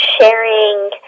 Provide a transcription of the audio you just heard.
sharing